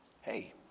hey